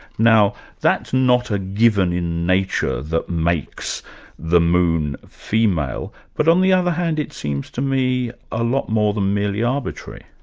now that's not a given in nature that makes the moon female, but on the other hand it seems to me a lot more than merely arbitrary.